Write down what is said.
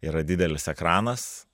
yra didelis ekranas